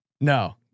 No